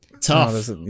tough